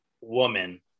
woman